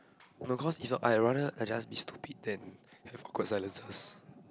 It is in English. no cause is I rather I just be stupid than have awkward silences